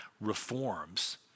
reforms